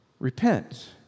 repent